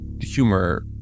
humor